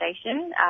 Station